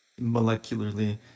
molecularly